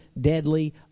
deadly